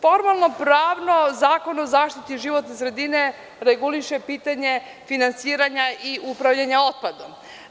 Formalno-pravno, Zakon o zaštiti životne sredine reguliše pitanje finansiranja i upravljanja otpadom.